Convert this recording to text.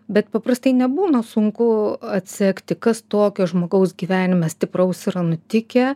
bet paprastai nebūna sunku atsekti kas tokio žmogaus gyvenime stipraus yra nutikę